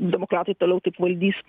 demokratai toliau taip valdys